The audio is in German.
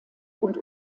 und